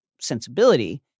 sensibility